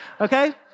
Okay